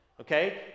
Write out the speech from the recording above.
Okay